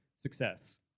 success